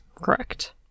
correct